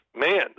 man